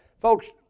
folks